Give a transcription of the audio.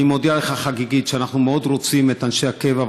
אני מודיע לך חגיגית שאנחנו מאוד רוצים את אנשי הקבע,